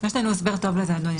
יש לנו הסבר טוב לזה, אדוני.